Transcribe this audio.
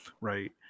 right